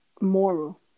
moral